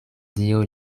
dio